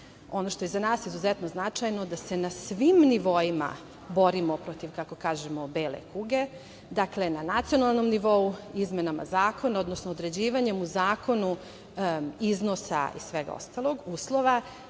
što je za nas izuzetno značajno, da se na svim nivoima borimo protiv, kako kažemo, bele kuge, dakle, na nacionalnom nivou izmenama zakona, odnosno određivanjem u zakonu iznosa i svega ostalog, uslova,